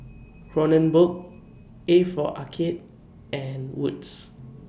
Kronenbourg A For Arcade and Wood's